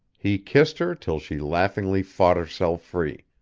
he kissed her till she laughingly fought herself free.